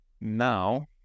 now